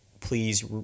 please